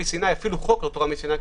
אפילו חוק לא תורה מסיני.